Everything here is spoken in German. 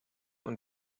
und